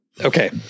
Okay